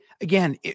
again